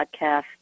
podcast